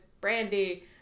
brandy